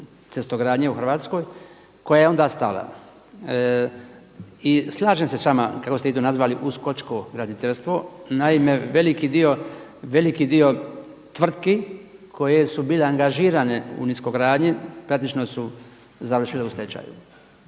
cestogradnje u Hrvatskoj koja je onda stala. I slažem se sa vama kako ste vi to nazvali uskočko graditeljstvo. Naime, veliki dio tvrtki koje su bile angažirane u niskogradnji praktično su završile u stečaju.